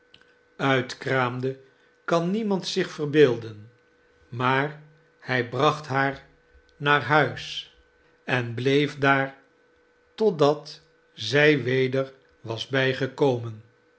uitkraamde kan niemand zich verbeelden maar hij bracht haar naar huis en bleef daar totdat zij weder was bijgekomen